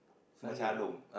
macam Ah-Long